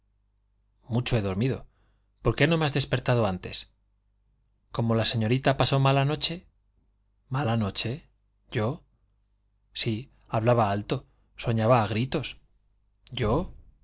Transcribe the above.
mucho he dormido por qué no me has despertado antes como la señorita pasó mala noche mala noche yo sí hablaba alto soñaba a gritos yo